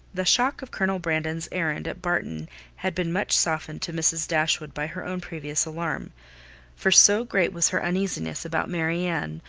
the shock of colonel brandon's errand at barton had been much softened to mrs. dashwood by her own previous alarm for so great was her uneasiness about marianne,